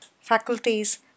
faculties